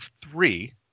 three